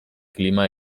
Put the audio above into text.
klima